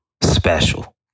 Special